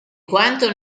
quanto